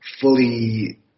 fully